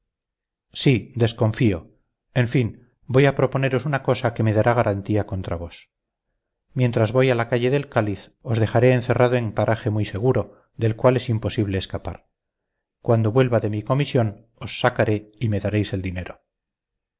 sí desconfío en fin voy a proponeros una cosa que me dará garantía contra vos mientras voy a la calle del cáliz os dejaré encerrado en paraje muy seguro del cual es imposible escapar cuando vuelva de mi comisión os sacaré y me daréis el dinero